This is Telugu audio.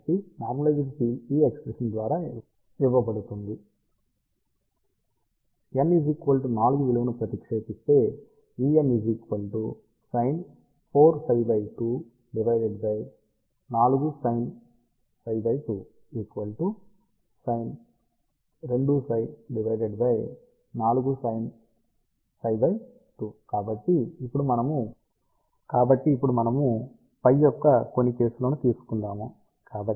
కాబట్టి నార్మలైజుడ్ ఫీల్డ్ ఈ ఎక్స్ప్రెషన్ ద్వారా ఇవ్వబడుతుంది n 4 విలువని ప్రతిక్షేపిస్తే కాబట్టి ఇప్పుడు మనము యొక్క కొన్ని కేసులను తీసుకుందాము